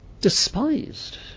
despised